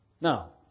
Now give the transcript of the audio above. Now